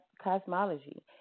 cosmology